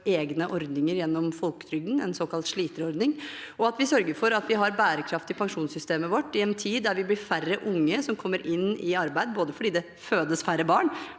får egne ordninger gjennom folketrygden, en såkalt sliterordning, og vi sørger for at vi har bærekraft i pensjonssystemet vårt i en tid der det blir færre unge som kommer inn i arbeid – både fordi det fødes færre barn